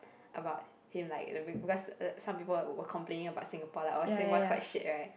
about him like because some people are were complaining about Singapore like oh Singapore quite shit [right]